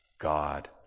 God